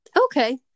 Okay